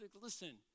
Listen